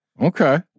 Okay